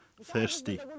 thirsty